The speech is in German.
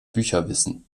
bücherwissen